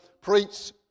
preach